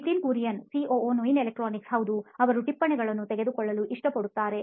Nitin Kurian COO ನೋಯಿನ್ electronics ಹೌದು ಅವರು ಟಿಪ್ಪಣಿಗಳನ್ನು ತೆಗೆದುಕೊಳ್ಳಲು ಇಷ್ಟಪಡುತ್ತಾರೆ